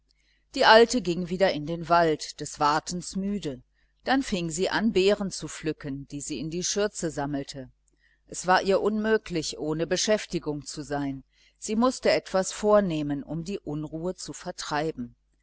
die alte ging wieder in den wald des wartens müde dann fing sie an beeren zu pflücken die sie in die schürze sammelte es war ihr unmöglich ohne beschäftigung zu sein sie mußte etwas vornehmen um sich die unruhe zu vertreiben